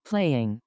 playing